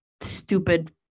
stupid